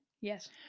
Yes